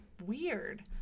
weird